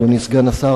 אדוני סגן השר,